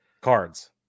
cards